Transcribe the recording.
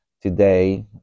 today